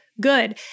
Good